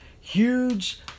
huge